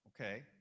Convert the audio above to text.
Okay